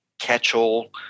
catch-all